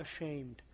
ashamed